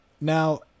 Now